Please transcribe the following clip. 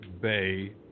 bay